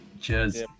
Cheers